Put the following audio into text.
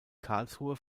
karlsruhe